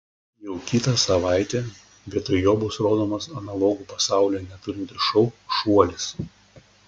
jau kitą savaitę vietoj jo bus rodomas analogų pasaulyje neturintis šou šuolis